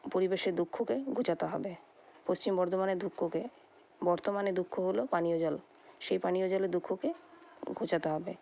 পরিবেশের দুঃখকে ঘোচাতে হবে পশ্চিম বর্ধমানের দুঃখকে বর্তমানের দুঃখ হল পানীয় জল সেই পানীয় জলের দুঃখকে ঘোচাতে হবে